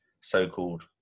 so-called